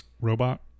robot